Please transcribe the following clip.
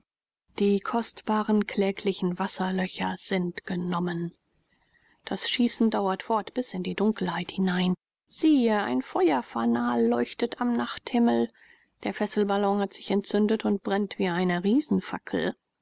die kostbaren kläglichen wasserlöcher sind genommen das schießen dauert fort bis in die dunkelheit hinein siehe ein feuerfanal leuchtet am nachthimmel der fesselballon hat sich entzündet und brennt wie eine